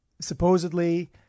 supposedly